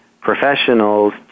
professionals